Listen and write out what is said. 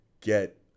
get